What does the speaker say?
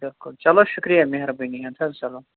بِلکُل چلو شُکریہ مہربٲنی اَدٕ حظ چلو